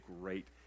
great